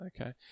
Okay